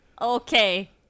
Okay